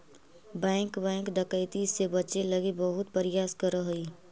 bank bank डकैती से बचे लगी बहुत प्रयास करऽ हइ